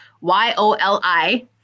Y-O-L-I